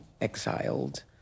exiled